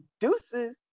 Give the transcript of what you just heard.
deuces